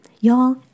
Y'all